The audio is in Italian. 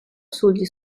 sugli